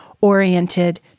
oriented